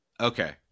Okay